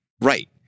Right